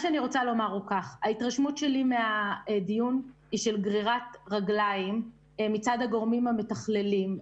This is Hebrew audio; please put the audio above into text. ההתרשמות שלי מהדיון היא של גרירת רגליים מצד הגורמים המתכללים.